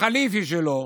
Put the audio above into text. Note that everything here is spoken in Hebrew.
החליפי שלו